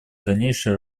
дальнейшей